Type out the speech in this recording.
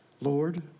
Lord